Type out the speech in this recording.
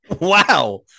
Wow